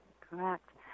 correct